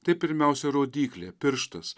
tai pirmiausia rodyklė pirštas